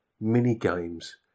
mini-games